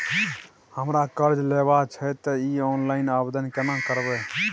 हमरा कर्ज लेबा छै त इ ऑनलाइन आवेदन केना करबै?